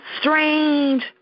strange